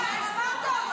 אמרת.